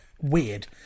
weird